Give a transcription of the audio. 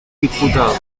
diputado